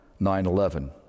9-11